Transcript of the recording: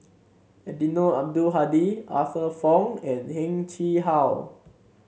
Eddino Abdul Hadi Arthur Fong and Heng Chee How